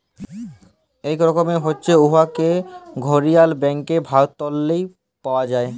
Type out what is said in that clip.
ইক রকমের হছে উয়াকে ঘড়িয়াল ব্যলে ভারতেল্লে পাউয়া যায়